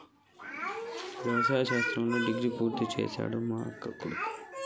వ్యవసాయ శాస్త్రంలో డిగ్రీ పూర్తి చేసిండు మా అక్కకొడుకు